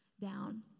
down